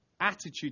attitude